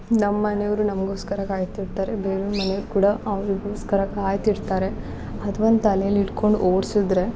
ನಮ್ಮ ಮನೆಯೋರು ನಮಗೋಸ್ಕರ ಕಾಯ್ತಿರ್ತಾರೆ ಬೇರೆವ್ರ ಮನ್ಯೋರು ಕೂಡ ಅವರಿಗೋಸ್ಕರ ಕಾಯ್ತಿರ್ತಾರೆ ಅದು ಒಂದು ತಲೆಲಿ ಇಟ್ಕೊಂಡು ಓಡ್ಸಿದ್ರೆ